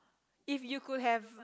if you could have